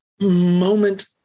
moment